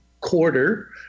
quarter